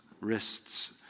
wrists